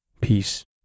peace